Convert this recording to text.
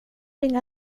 inga